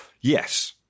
Yes